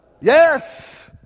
Yes